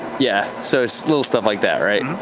yeah. so it's little stuff like that, right?